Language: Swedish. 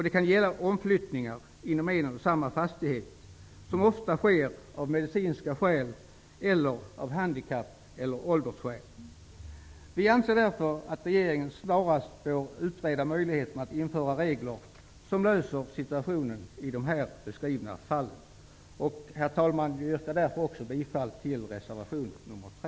Det kan gälla omflyttningar inom en och samma fastighet, som ofta sker av medicinska skäl eller på grund av handikapp eller ålder. Vi anser därför att regeringen snarast bör utreda möjligheten att införa regler som löser situationen i de här beskrivna fallen. Herr talman! Jag yrkar därför också bifall till reservation 3.